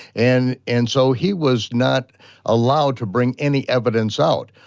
and and so he was not allowed to bring any evidence out,